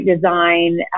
design